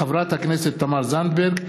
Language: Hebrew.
מאת חברת הכנסת תמר זנדברג,